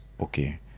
okay